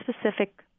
specific